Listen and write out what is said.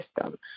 system